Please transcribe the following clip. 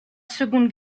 seconde